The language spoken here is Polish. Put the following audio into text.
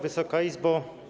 Wysoka Izbo!